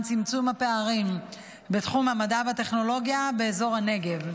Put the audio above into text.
צמצום הפערים בתחום המדע והטכנולוגיה באזור הנגב.